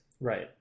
Right